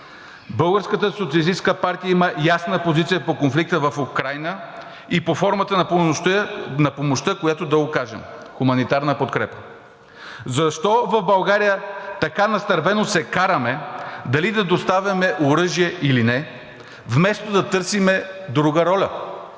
Българската социалистическа партия има ясна позиция по конфликта в Украйна и по формата на помощта, която да окажем – хуманитарна подкрепа. Защо в България така настървено се караме дали да доставяме оръжие или не, вместо да търсим друга роля?